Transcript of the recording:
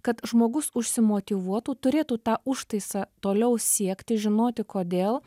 kad žmogus užsimotyvuotų turėtų tą užtaisą toliau siekti žinoti kodėl